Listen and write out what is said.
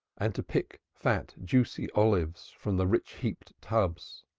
and to pick fat juicy olives from the rich-heaped tubs.